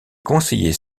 conseillers